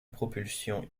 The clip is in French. propulsion